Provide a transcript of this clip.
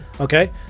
Okay